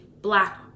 black